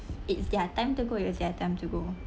it's their time to go it's their time to go